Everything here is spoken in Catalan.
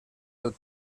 del